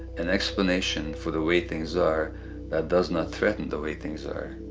an explanation for the way things are that does not threaten the way things are.